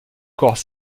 corps